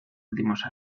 últimos